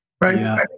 Right